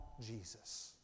Jesus